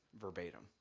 verbatim